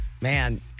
Man